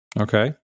Okay